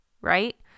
right